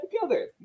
together